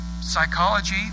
psychology